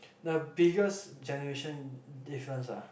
the biggest generation difference ah